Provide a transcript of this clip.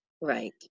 Right